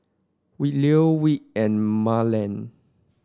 Khloe Whit and Marland